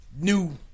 new